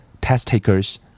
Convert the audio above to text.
test-takers